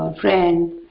Friend